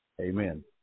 Amen